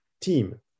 team